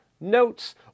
notes